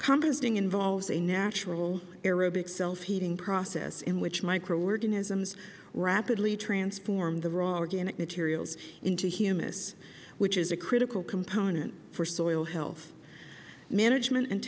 composting involves a natural aerobic self heating process in which micro organisms rapidly transform the raw organic materials into humus which is a critical component for soil health management and